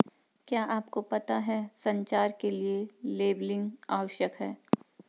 क्या आपको पता है संचार के लिए लेबलिंग आवश्यक है?